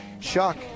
Chuck